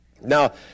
Now